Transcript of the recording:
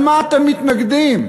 על מה אתם מתנגדים?